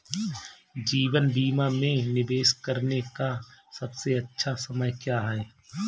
जीवन बीमा में निवेश करने का सबसे अच्छा समय क्या है?